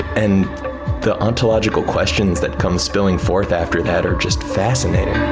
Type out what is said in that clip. and the ontological questions that come spilling forth after that are just fascinating.